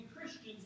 Christians